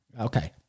Okay